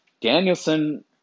Danielson